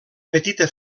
petita